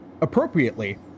appropriately